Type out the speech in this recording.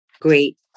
great